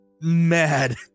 mad